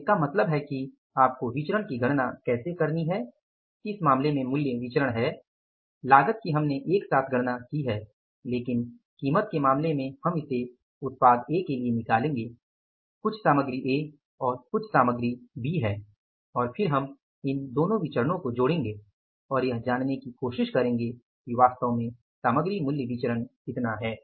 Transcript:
तो इसका मतलब है कि आपको विचरण की गणना कैसे करनी है इस मामले में मूल्य विचरण है लागत की हमने एक साथ गणना की है लेकिन कीमत के मामले में हम इसे उत्पाद ए के लिए निकालेंगे कुछ सामग्री ए और सामग्री बी है और फिर हम इन दोनो विचरणों को जोड़ेंगे और यह जानने की कोशिश करेंगे कि वास्तव में सामग्री मूल्य विचरण क्या है